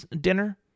dinner